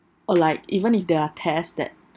or like even if there are tests that